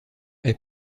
est